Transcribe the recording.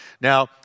Now